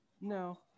No